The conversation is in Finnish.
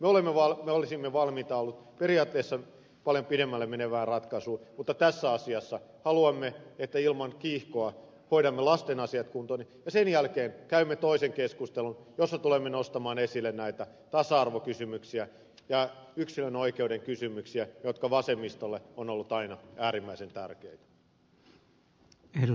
me olisimme valmiita olleet periaatteessa paljon pidemmälle menevään ratkaisuun mutta tässä asiassa haluamme että ilman kiihkoa hoidamme lasten asiat kuntoon ja sen jälkeen käymme toisen keskustelun jossa tulemme nostamaan esille näitä tasa arvokysymyksiä ja yksilön oikeuden kysymyksiä jotka vasemmistolle ovat olleet aina äärimmäisen tärkeitä